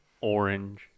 orange